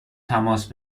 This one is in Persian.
تماس